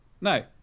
no